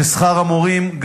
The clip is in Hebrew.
ששכר המורים,